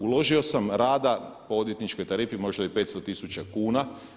Uložio sam rada po odvjetničkoj tarifi možda i 500 tisuća kuna.